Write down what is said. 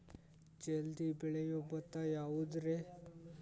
ಜಲ್ದಿ ಬೆಳಿಯೊ ಭತ್ತ ಯಾವುದ್ರೇ?